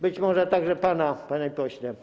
Być może także pana, panie pośle.